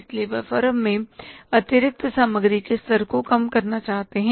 इसलिए वे फर्म में अतिरिक्त सामग्री के स्तर को कम करना चाहते हैं